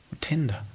tender